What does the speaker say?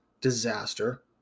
disaster